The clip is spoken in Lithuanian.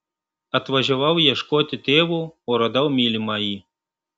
atvažiavau ieškoti tėvo o radau mylimąjį